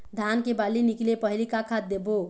धान के बाली निकले पहली का खाद देबो?